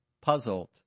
puzzled